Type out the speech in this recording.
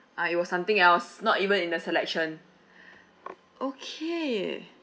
uh it was something else not even in the selection okay